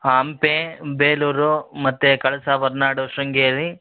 ಹಂಪೆ ಬೇಲೂರು ಮತ್ತು ಕಳಸ ಹೊರ್ನಾಡು ಶೃಂಗೇರಿ